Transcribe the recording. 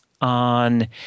on